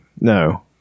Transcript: no